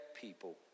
people